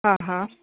ಹಾಂ ಹಾಂ